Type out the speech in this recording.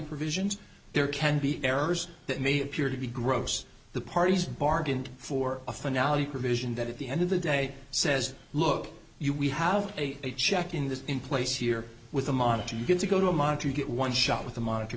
provisions there can be errors that may appear to be gross the parties bargained for a finale provision that at the end of the day says look you we have a check in this in place here with a monitor you get to go to a monitor you get one shot with a monitor